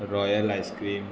royal ice cream